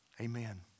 Amen